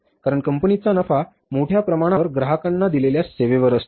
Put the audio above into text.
कारण कंपनीचा नफा मोठ्या प्रमाणावर ग्राहकांना दिलेल्या सेवेवर असतो